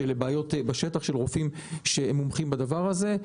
של בעיות בשטח של רופאים שמומחים בדבר הזה.